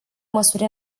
măsuri